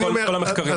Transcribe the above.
כל המחקרים הראו את זה.